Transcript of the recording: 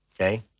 Okay